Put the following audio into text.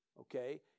okay